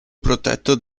protetto